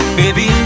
baby